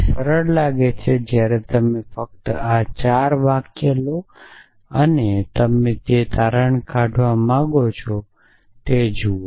તે સરળ લાગે છે જ્યારે તમે ફક્ત આ 4 વાક્યો લો અને તમે જે તારણ કાઢવા માંગો છો તે જુઓ